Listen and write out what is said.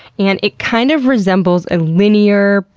and it kind of resembles a linear,